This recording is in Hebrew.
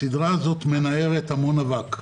הסדרה הזאת מנערת המון אבק,